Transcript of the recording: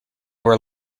were